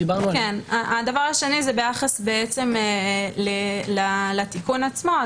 הדבר השני, ביחס לתיקון עצמו.